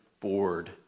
bored